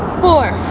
four